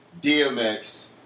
DMX